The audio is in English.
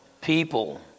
people